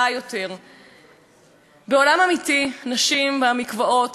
בעולם האמיתי נשים במקוואות עדיין חוות השפלה,